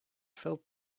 felt